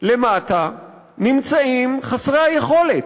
למטה נמצאים חסרי היכולת,